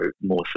more